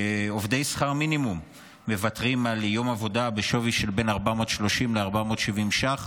שעובדי שכר מינימום מוותרים על יום עבודה בשווי של בין 430 ל-470 שקלים,